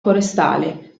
forestale